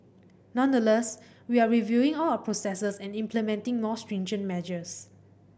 nonetheless we are reviewing all our processes and implementing more stringent measures